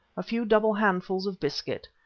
a few double-handfuls of biscuits,